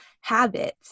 habits